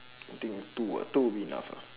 I think two ah two would be enough ah